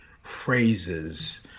Phrases